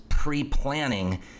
pre-planning